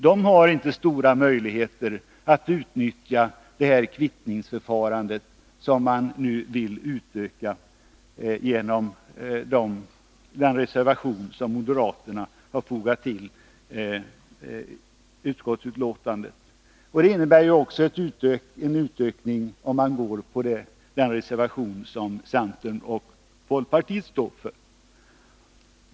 De har inte stora möjligheter att utnyttja kvittningsförfarandet, som man dessutom nu vill utöka genom den reservation som moderaterna har fogat till utskottets betänkande. Och det innebär ju också en utökning om man ansluter sig till den reservation som centern och folkpartiet står för.